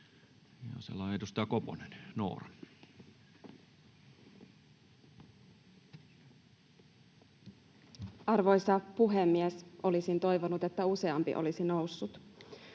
Siellä on edustaja Koponen, Noora. Arvoisa puhemies! Olisin toivonut, että useampi olisi noussut.